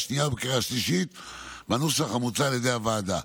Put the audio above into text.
שנייה ובקריאה שלישית בנוסח המוצע על ידי הוועדה.